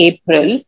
April